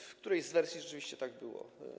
W którejś z wersji rzeczywiście tak było.